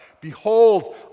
Behold